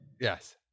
Yes